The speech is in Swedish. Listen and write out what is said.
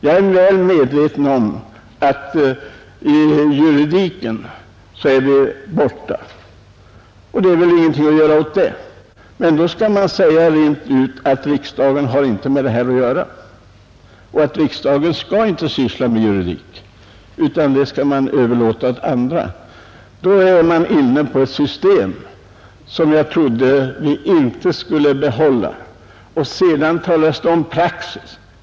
Jag är väl medveten om att vi inte har något att göra med juridiken, men då skall man också säga rent ut att riksdagen inte skall syssla med juridik utan överlåta det åt andra, I annat fall är man inne på en ordning som jag inte trodde att man skulle behålla. Det talas vidare om praxis.